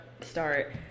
start